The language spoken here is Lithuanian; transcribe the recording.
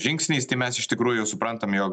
žingsniais tai mes iš tikrųjų suprantam jog